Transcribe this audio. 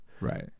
right